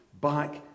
back